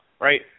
right